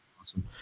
awesome